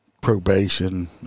probation